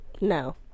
No